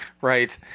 Right